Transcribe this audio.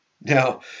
Now